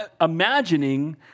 imagining